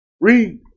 Read